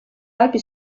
alpi